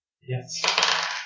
Yes